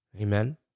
Amen